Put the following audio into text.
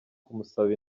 kumusaba